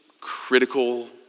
critical